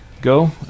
go